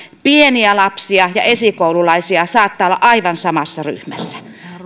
pieniä lapsia ja esikoululaisia saattaa olla aivan samassa ryhmässä